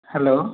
hello